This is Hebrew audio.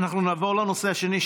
נעבור לנושא השני,